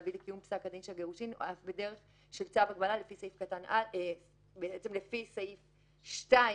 להביא לקיום פסק דין של גירושין אף בדרך של צו הגבלה לפי סעיף 2,